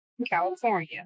California